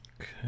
Okay